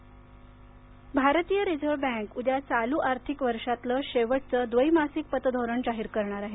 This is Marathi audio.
रिझर्व्हबँक पतधोरण भारतीय रिझर्व्ह बँक उद्या चालू आर्थिक वर्षातील शेवटचे द्वैमासिक पतधोरण जाहीर करणार आहे